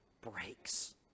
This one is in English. breaks